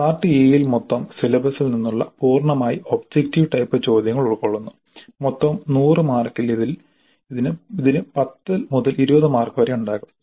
part A യിൽ മൊത്തം സിലബസിൽ നിന്നുള്ള പൂർണ്ണമായി ഒബ്ജക്റ്റിവ് ടൈപ്പ് ചോദ്യങ്ങൾ ഉൾക്കൊള്ളുന്നു മൊത്തം 100 മാർക്കിൽ ഇതിന് 10 മുതൽ 20 മാർക്ക് വരെയുണ്ടാകാം